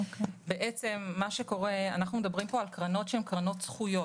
אנחנו מדברים פה על קרנות זכויות.